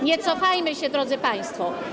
Nie cofajmy się, drodzy państwo.